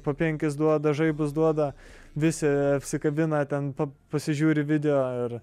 po penkis duoda žaibus duoda visi apsikabina ten pasižiūri video ir